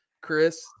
Chris